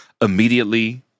immediately